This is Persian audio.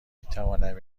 میتوانم